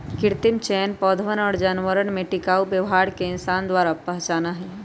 कृत्रिम चयन पौधवन और जानवरवन में टिकाऊ व्यवहार के इंसान द्वारा पहचाना हई